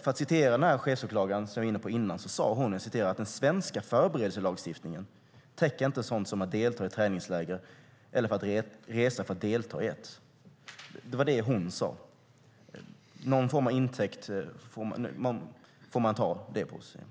För att citera den chefsåklagare vi var inne på tidigare sade hon att den svenska förberedelselagstiftningen inte täcker sådant som att delta i träningsläger eller att resa för att delta i ett. Det var det hon sade. Man får ta det som någon form av intäkt.